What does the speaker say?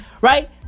Right